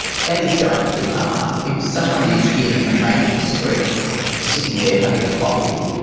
that is going too far. if someone is in a major street sitting there having a coffee,